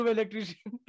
Electrician